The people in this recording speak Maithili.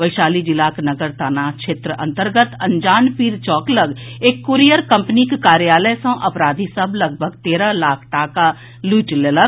वैशाली जिलाक नगर थाना क्षेत्र अन्तर्गत अंजानपीर चौक लऽग एक कूरियर कम्पनीक कार्यायल सँ अपराधी सभ लगभग तेरह लाख टाका लूटि लेलक